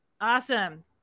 Awesome